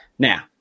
Now